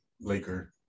Laker